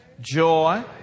Joy